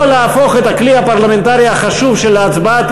לא להפוך את הכלי הפרלמנטרי החשוב של הצבעת